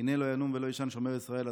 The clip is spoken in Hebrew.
הנה לא ינום ולא יישן שומר ישראל.